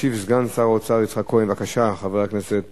הצעה שמספרה